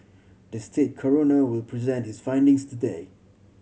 the state coroner will present his findings today